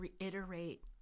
reiterate